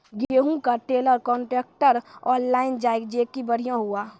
गेहूँ का trailer contractor online जाए जैकी बढ़िया हुआ